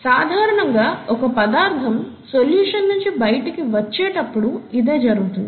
సాధారణంగా ఒక పదార్ధం సొల్యూషన్ నించి బైటికి వచ్చేటప్పుడు ఇదే జరుగుతుంది